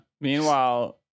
Meanwhile